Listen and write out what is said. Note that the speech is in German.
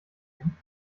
nehmen